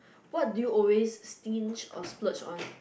what do you always stinge or splurge on